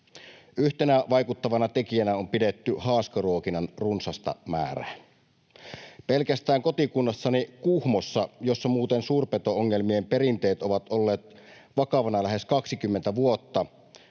Yhtenä vaikuttavana tekijänä on pidetty haaskaruokinnan runsasta määrää. Pelkästään kotikunnassani Kuhmossa, jossa muuten suurpeto-ongelmien perinteet ovat olleet vakavana lähes 20 vuotta,